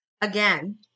again